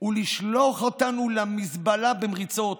ולשלוח אותנו למזבלה במריצות,